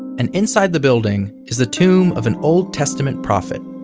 and inside the building is the tomb of an old testament prophet,